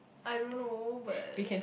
I don't know but